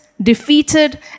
defeated